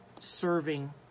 serving